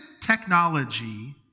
technology